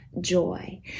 joy